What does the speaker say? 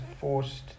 forced